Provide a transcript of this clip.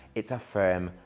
it's a firm,